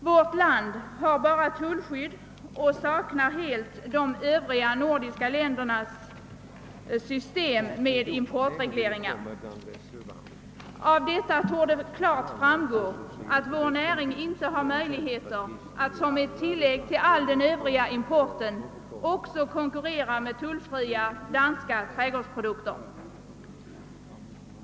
Vårt land har endast tullskydd och saknar helt de övriga nordiska ländernas system med importregleringar. Av detta torde klart framgå att vår näring inte har möjligheter att som ett tillägg till all den övriga importen också konkurrera med tullfria danska trädgårdsprodukter.